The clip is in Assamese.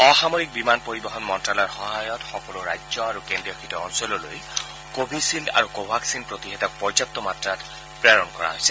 অসামৰিক বিমান পৰিবহণ মন্ত্যালয়ৰ সহায়ত সকলো ৰাজ্য আৰু কেন্দ্ৰীয় শাসিত অঞ্চললৈ কোভিশ্বিল্ড আৰু কোভাক্সিন প্ৰতিষেধক পৰ্যাপ্ত মাত্ৰাত প্ৰেৰণ কৰা হৈছে